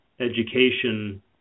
education